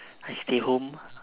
I stay home